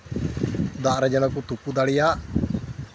ᱫᱟᱜ ᱨᱮ ᱡᱮᱱᱚ ᱠᱚ ᱛᱩᱯᱩ ᱫᱟᱲᱮᱭᱟᱜ